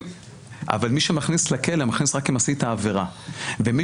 אבל, מי שמכניס לכלא מכנסי רק אם עשית עבירה.